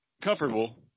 comfortable